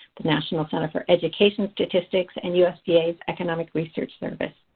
the national center for education statistics, and usda's economic research service.